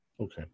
Okay